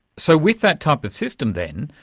so with that type of system then,